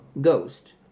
Ghost